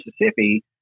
Mississippi